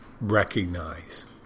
recognize